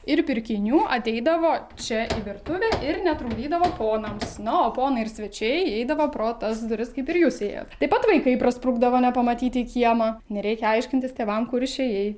ir pirkinių ateidavo čia į virtuvę ir netrukdydavo ponams na o ponai ir svečiai įeidavo pro tas duris kaip ir jūs įėjot taip pat vaikai pasprukdavo nepamatyti kiemą nereikia aiškintis tėvam kur išėjai